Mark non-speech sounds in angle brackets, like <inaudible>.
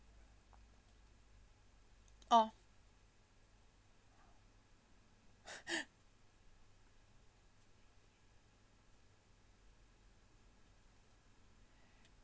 oh <breath> <laughs>